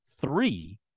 three